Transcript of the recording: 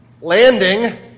landing